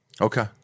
Okay